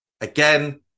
Again